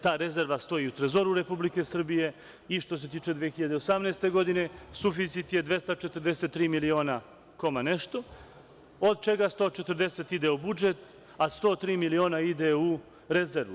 Ta rezerva stoji u Trezoru Republike Srbije i što se tiče 2018. godine, suficit je 243 miliona koma nešto, od čega 140 ide u budžet, a 103 miliona ide u rezervu.